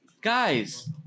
Guys